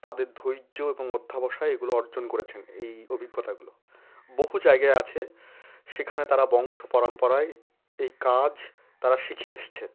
তাদের ধৈর্য এবং অধ্যবসায়ে এগুলো অর্জন করেছেন এই অভিজ্ঞতাগুলো বহু জায়গায় আছে সেখানে তারা বংশ পরম্পরায় এই কাজ তারা শিখে এসেছে